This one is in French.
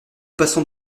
passons